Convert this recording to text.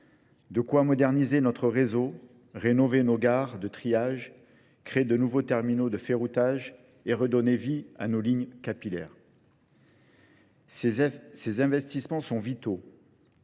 De quoi moderniser notre réseau, rénover nos gares de triage, créer de nouveaux terminaux de ferroutage et redonner vie à nos lignes capillaires. Ces investissements sont vitaux.